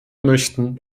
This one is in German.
möchten